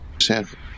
Sanford